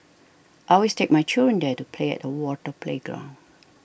I always take my children there to play at the water playground